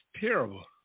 terrible